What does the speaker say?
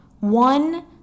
one